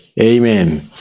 Amen